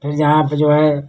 फिर जहाँ पर जो है